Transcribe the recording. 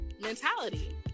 mentality